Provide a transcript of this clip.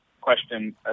question